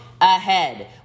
ahead